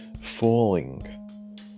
Falling